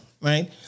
right